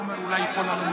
לא.